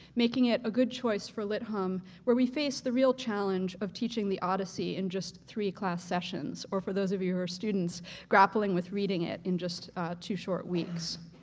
making it a good choice for lit hum, where we face the real challenge of teaching the odyssey in just three class sessions or for those of you who are students grappling with reading it, in just two short weeks.